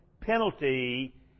penalty